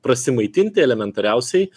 prasimaitint elementariausiai